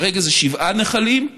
כרגע זה שבעה נחלים,